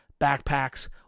backpacks